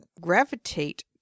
gravitate